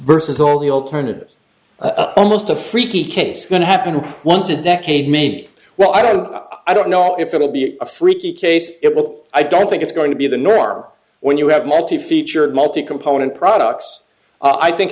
versus all the alternatives the most a freaky case going to happen once a decade me well i don't i don't know if it'll be a freaky case it will i don't think it's going to be the norm when you have multi featured multi component products i think